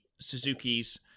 suzuki's